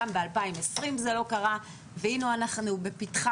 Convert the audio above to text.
גם ב-2020 זה לא קרה והנה אנחנו בפתחה